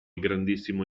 grandissimo